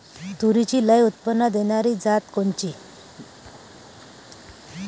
तूरीची लई उत्पन्न देणारी जात कोनची?